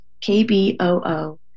KBOO